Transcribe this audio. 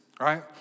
right